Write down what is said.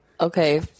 Okay